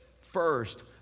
first